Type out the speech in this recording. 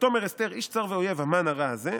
"'ותאמר אסתר איש צר ואויב המן הרע הזה'.